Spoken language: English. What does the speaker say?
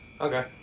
Okay